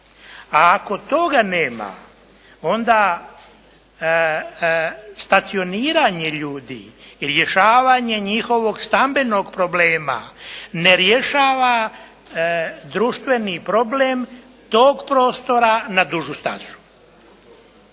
a ako toga nema onda stacioniranje ljudi i rješavanje njihovog stambenog problema ne rješava društveni problem tog prostora na dužu stazu,